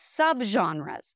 subgenres